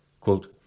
Quote